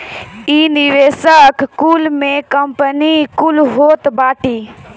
इ निवेशक कुल में कंपनी कुल होत बाटी